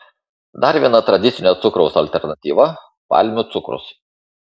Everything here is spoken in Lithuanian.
dar viena tradicinio cukraus alternatyva palmių cukrus